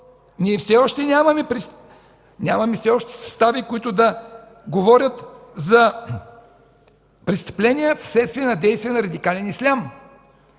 все още нямаме състави, които да говорят за престъпления вследствие на действия на радикален ислям.